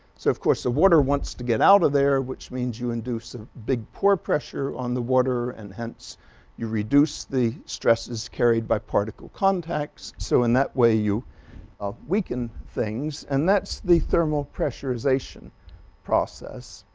so of course the water wants to get out of there, which means you induce a big pore pressure on the water, and hence you reduce the stresses carried by particle contacts, so in that way you weaken things. and that's the thermal pressurization process.